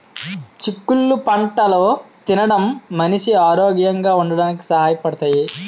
చిక్కుళ్ళు పంటలు తినడం మనిషి ఆరోగ్యంగా ఉంచడానికి సహాయ పడతాయి